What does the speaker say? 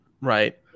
right